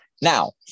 Now